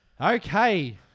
Okay